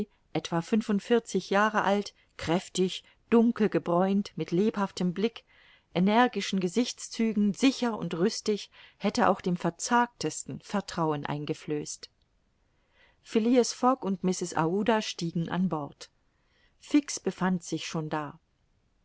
etwa fünfundvierzig jahre alt kräftig dunkel gebräunt mit lebhaftem blick energischen gesichtszügen sicher und rüstig hätte auch dem verzagtesten vertrauen eingeflößt phileas fogg und mrs aouda stiegen an bord fix befand sich schon da